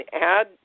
add